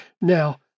now